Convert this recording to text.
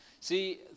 See